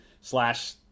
slash